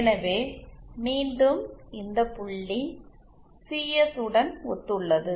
எனவே மீண்டும் இந்த புள்ளி சிஎஸ் உடன் ஒத்துள்ளது